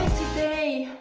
today?